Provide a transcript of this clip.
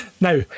Now